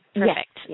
perfect